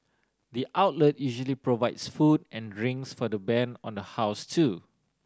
the outlet usually provides food and drinks for the band on the house too